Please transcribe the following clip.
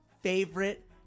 favorite